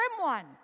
one